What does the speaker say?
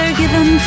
given